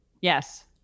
Yes